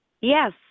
Yes